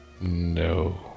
No